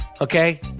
okay